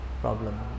problem